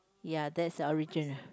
ya that's original